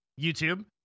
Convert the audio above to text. YouTube